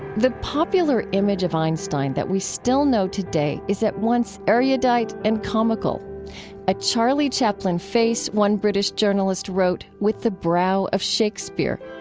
the popular image of einstein that we still know today is at once erudite and comical a charlie chaplin face, one british journalist wrote, with the brow of shakespeare.